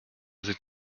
sind